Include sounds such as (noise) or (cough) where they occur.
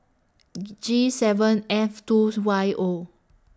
(noise) G seven F two Y O